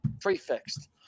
prefixed